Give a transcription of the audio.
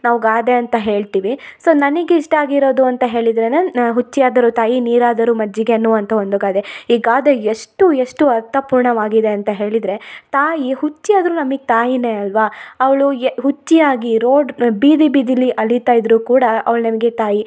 ನಾವು ಗಾದೆ ಅಂತ ಹೇಳ್ತೀವಿ ಸೊ ನನಗೆ ಇಷ್ಟ ಆಗಿರೋದು ಅಂತ ಹೇಳಿದ್ರೇನೆ ಹುಚ್ಚಿ ಆದರೂ ತಾಯಿ ನೀರಾದರು ಮಜ್ಜಿಗೆ ಅನ್ನುವಂಥ ಒಂದು ಗಾದೆ ಈ ಗಾದೆ ಎಷ್ಟು ಎಷ್ಟು ಅರ್ಥಪೂರ್ಣವಾಗಿದೆ ಅಂತ ಹೇಳಿದರೆ ತಾಯಿ ಹುಚ್ಚಿ ಆದರು ನಮಗೆ ತಾಯಿನೆ ಅಲ್ಲವಾ ಅವಳು ಎ ಹುಚ್ಚಿ ಆಗಿ ರೋಡ್ ಬೀದಿ ಬೀದಿಲಿ ಅಲಿತಾ ಇದ್ದರೂ ಕೂಡ ಅವ್ಳ ನಮಗೆ ತಾಯಿ